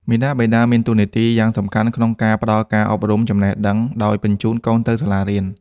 មាតាបិតាមានតួនាទីយ៉ាងសំខាន់ក្នុងការផ្ដល់ការអប់រំចំណេះដឹងដោយបញ្ជូនកូនទៅសាលារៀន។